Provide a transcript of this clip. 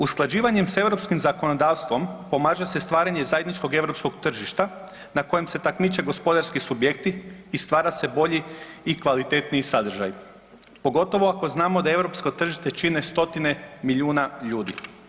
Usklađivanjem s europskim zakonodavstvom pomaže se stvaranje zajedničkog europskog tržišta na kojem se takmiče gospodarski subjekti i stvara se bolji i kvalitetniji sadržaj pogotovo ako znamo da europsko tržište čine 100-tine milijuna ljudi.